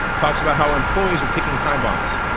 talks about how employees are ticking time bombs.